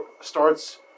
starts